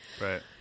Right